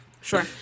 Sure